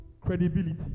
Credibility